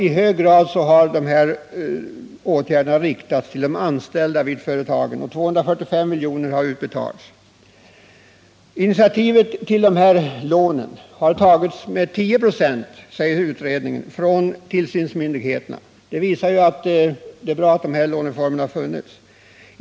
I hög grad har de vidtagna åtgärderna avsett förbättringar för de anställda i företagen. 245 milj.kr. har utbetalats. Initiativ till att få utnyttja lånen har i 10 96 av fallen tagits av tillsynsmyndigheterna, säger utredningen. Det visar att det är bra att låneformen har funnits.